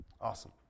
Awesome